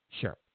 Sure